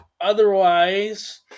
Otherwise